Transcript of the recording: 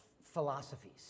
philosophies